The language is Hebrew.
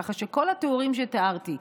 ככה שכל התיאורים שתיארתי,